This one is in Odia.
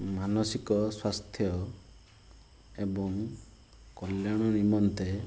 ମାନସିକ ସ୍ୱାସ୍ଥ୍ୟ ଏବଂ କଲ୍ୟାଣ ନିମନ୍ତେ